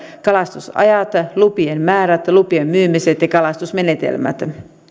kalastusajat lupien määrät lupien myymiset ja kalastusmenetelmät